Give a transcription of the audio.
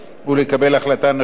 הוא דבר עשוי.